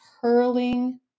hurling